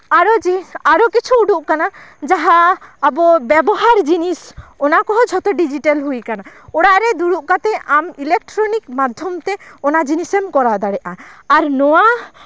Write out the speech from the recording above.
ᱟᱨ ᱡᱤᱱᱤᱥ ᱟᱨᱚ ᱠᱤᱪᱷᱩ ᱩᱰᱩᱠ ᱠᱟᱱᱟ ᱡᱟᱦᱟᱸ ᱟᱵᱚ ᱵᱮᱵᱚᱦᱟᱨ ᱡᱤᱱᱤᱥ ᱚᱱᱟ ᱠᱚᱦᱚᱸ ᱡᱚᱛᱚ ᱰᱤᱡᱤᱴᱮᱞ ᱦᱩᱭ ᱠᱟᱱᱟ ᱚᱲᱟᱜ ᱨᱮ ᱫᱩᱲᱩᱵ ᱠᱟᱛᱮᱜ ᱟᱢ ᱤᱞᱮᱠᱴᱨᱚᱱᱤᱠ ᱢᱟᱫᱽᱫᱷᱚᱢᱛᱮ ᱚᱱᱟ ᱡᱤᱱᱤᱥ ᱮᱢ ᱠᱚᱨᱟᱣ ᱫᱟᱲᱮᱭᱟᱜᱼᱟ ᱟᱨ ᱱᱚᱣᱟ